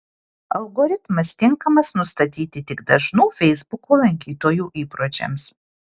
algoritmas tinkamas nustatyti tik dažnų feisbuko lankytojų įpročiams